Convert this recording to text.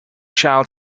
child